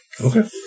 Okay